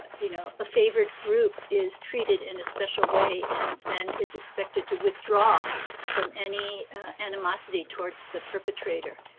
ah you know a favored group is treated in a special way, and then is expected to withdraw from any animosity towards the perpetrator.